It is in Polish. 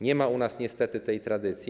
Nie ma u nas niestety tej tradycji.